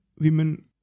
women